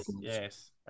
Yes